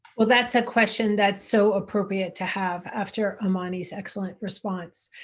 well that's a question that's so appropriate to have after amani's excellent response.